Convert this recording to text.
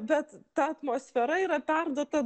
bet ta atmosfera yra perduota